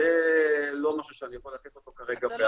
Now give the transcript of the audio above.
זה לא משהו שאני יכול לתת אותו כרגע בעל פה,